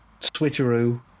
Switcheroo